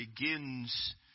begins